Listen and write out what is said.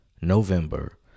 november